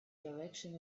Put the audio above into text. direction